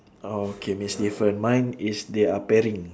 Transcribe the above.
oh okay means different mine is they are pairing